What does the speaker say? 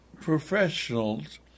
professionals